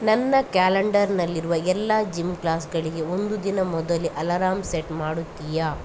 ನನ್ನ ಕ್ಯಾಲೆಂಡರ್ನಲ್ಲಿರುವ ಎಲ್ಲ ಜಿಮ್ ಕ್ಲಾಸ್ಗಳಿಗೆ ಒಂದು ದಿನ ಮೊದಲೇ ಅಲಾರಾಮ್ ಸೆಟ್ ಮಾಡುತ್ತೀಯಾ